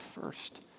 first